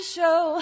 Show